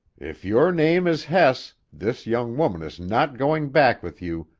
if your name is hess, this young woman is not going back with you,